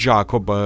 Jacob